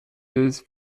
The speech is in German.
des